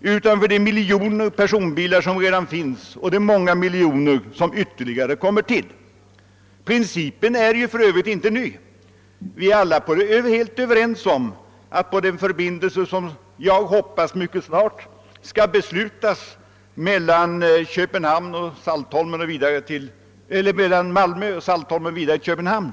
utan även för de miljoner personbilar som redan finns och de som ytterligare kommer till. Principen är för övrigt inte ny. Vi är alla helt överens om att man skall tullbelägga överfarten på den förbindelseled som jag hoppas mycket snart skall beslutas mellan Malmö, Saltholm och Köpenhamn.